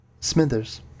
Smithers